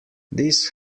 this